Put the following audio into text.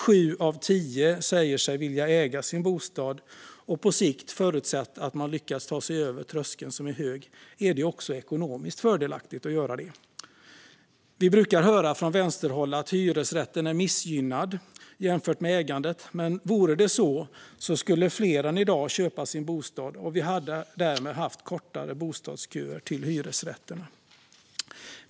Sju av tio säger sig vilja äga sin bostad. På sikt, förutsatt att man lyckas ta sig över tröskeln, som är hög, är det också ekonomiskt fördelaktigt att göra det. Vi brukar höra från vänsterhåll att hyresrätten är missgynnad jämfört med ägandet av en bostad. Men vore det så skulle fler än i dag köpa sin bostad, och vi hade därmed haft kortare bostadsköer till hyresrätter.